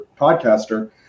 podcaster